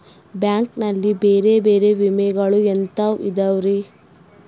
Bank ನಲ್ಲಿ ಬೇರೆ ಬೇರೆ ವಿಮೆಗಳು ಎಂತವ್ ಇದವ್ರಿ?